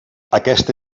aquesta